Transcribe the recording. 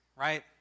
right